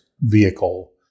vehicle